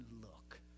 look